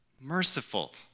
Merciful